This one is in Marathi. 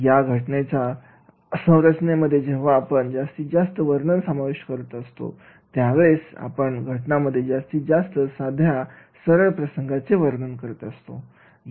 या घटनेचा संरचनेमध्ये जेव्हा आपण जास्तीत जास्त वर्णन सामाविष्ट करीत असतो त्या वेळेस आपण घटनांमध्ये जास्तीत जास्त साध्या सरळ प्रसंगांचे वर्णन करीत असतो